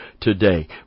today